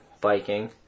biking